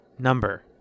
Number